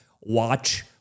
Watch